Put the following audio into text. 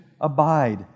abide